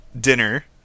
dinner